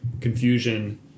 confusion